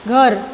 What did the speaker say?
घर